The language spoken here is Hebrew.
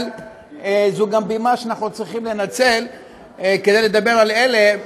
אבל זו גם בימה שאנחנו צריכים לנצל כדי לדבר על אלה,